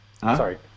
Sorry